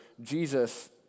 Jesus